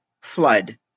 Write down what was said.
flood